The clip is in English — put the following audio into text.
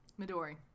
midori